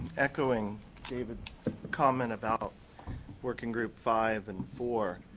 echoing david's comment about working group five and four,